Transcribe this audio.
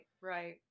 right